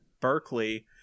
berkeley